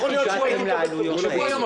איך הגעתם לעלויות האלה?